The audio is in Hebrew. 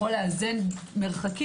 יכול יכול לאזן מרחקים,